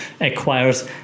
acquires